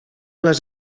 les